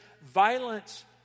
violence